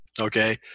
okay